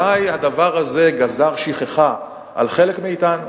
אולי הדבר הזה גזר שכחה על חלק מאתנו.